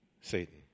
Satan